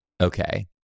Okay